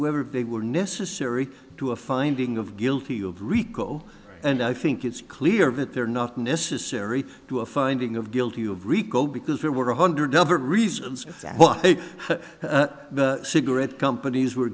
were they were necessary to a finding of guilty of rico and i think it's clear that they're not necessary to a finding of guilty of rico because there were a hundred other reasons why the cigarette companies were